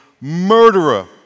murderer